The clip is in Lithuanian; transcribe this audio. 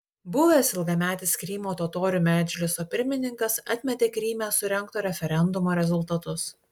buvęs ilgametis krymo totorių medžliso pirmininkas atmetė kryme surengto referendumo rezultatus